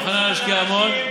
מוכנה להשקיע המון,